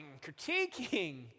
critiquing